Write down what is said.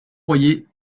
royer